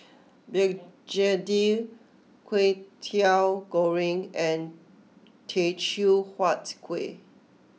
Begedil Kwetiau Goreng and Teochew Huat Kuih